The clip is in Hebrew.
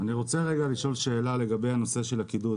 אני רוצה רגע לשאול לגבי הנושא של הקידוד,